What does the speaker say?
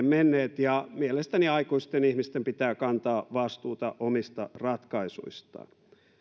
menneet ja mielestäni aikuisten ihmisten pitää kantaa vastuuta omista ratkaisuistaan